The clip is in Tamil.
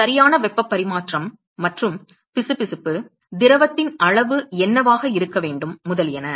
சரியான வெப்ப பரிமாற்றம் மற்றும் பிசுபிசுப்பு திரவத்தின் அளவு என்னவாக இருக்க வேண்டும் முதலியன